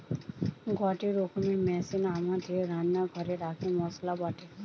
গটে রকমের মেশিন আমাদের রান্না ঘরে রাখি মসলা বাটে